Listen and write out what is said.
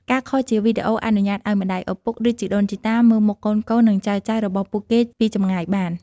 ការខលជាវីដេអូអនុញ្ញាតិឱ្យម្ដាយឪពុក ឬ ជីដូនជីតា មើលមុខកូនៗ និងចៅៗរបស់ពួកគេពីចម្ងាយបាន។